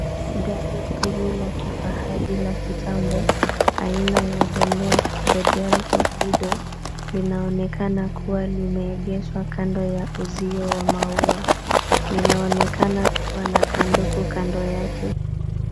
Gari hili la kifahari la kitambo aina ya Donnet Zedel Tohido, linaonekana kuwa limeegeshwa kando ya uzio wa maua. Linaonekana kuwa na sanduku kando yake.